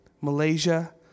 Malaysia